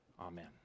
Amen